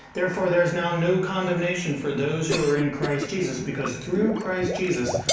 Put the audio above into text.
therefore there is now no condemnation for those who are in christ jesus because through christ jesus,